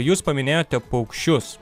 jūs paminėjote paukščius